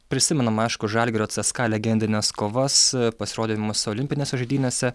prisimenam aišku žalgirio cska legendines kovas pasirodymus olimpinėse žaidynėse